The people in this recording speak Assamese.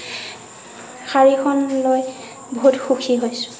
শাড়ীখন লৈ বহুত সুখী হৈছোঁ